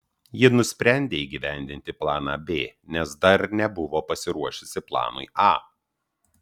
ji nusprendė įgyvendinti planą b nes dar nebuvo pasiruošusi planui a